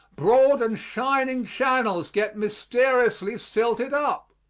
broad and shining channels get mysteriously silted up.